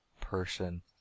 person